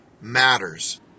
matters